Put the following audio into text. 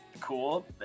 Cool